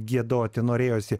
giedoti norėjosi